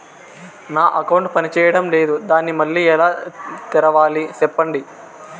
నా అకౌంట్ పనిచేయడం లేదు, దాన్ని మళ్ళీ ఎలా తెరవాలి? సెప్పండి